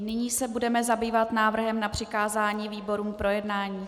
Nyní se budeme zabývat návrhem na přikázání výborům k projednání.